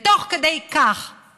ותוך כדי שנדון